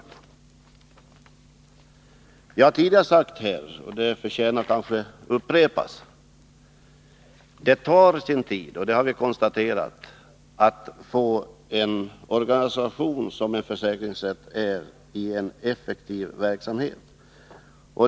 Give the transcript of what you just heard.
Jag har tidigare sagt här, och det förtjänar kanske att upprepas, att det tar sin tid — det har vi konstaterat — att få en organisation som en försäkringsrätt i effektiv verksamhet.